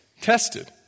tested